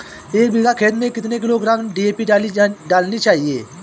एक बीघा खेत में कितनी किलोग्राम डी.ए.पी डालनी चाहिए?